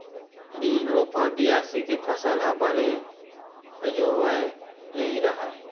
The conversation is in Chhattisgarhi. बिन रोपा, बियासी के फसल ह बने सजोवय नइ रहय